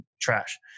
trash